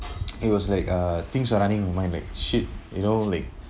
it was like uh things are running on my mind like shit you know like